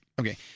Okay